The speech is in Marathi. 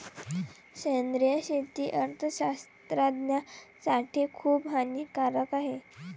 सेंद्रिय शेती अर्थशास्त्रज्ञासाठी खूप हानिकारक आहे